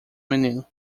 menino